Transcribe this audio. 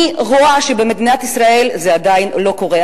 אני רואה שבמדינת ישראל זה עדיין לא קורה.